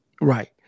Right